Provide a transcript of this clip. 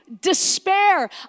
despair